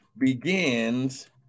begins